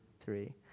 three